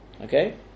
Okay